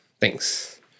Thanks